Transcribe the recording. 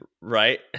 Right